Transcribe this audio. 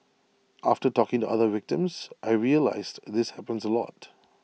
after talking to other victims I realised this happens A lot